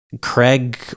Craig